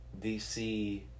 DC